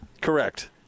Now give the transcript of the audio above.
Correct